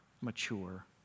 mature